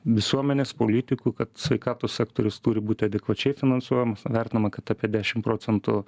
visuomenės politikų kad sveikatos sektorius turi būti adekvačiai finansuojamas vertinama kad apie dešim procentų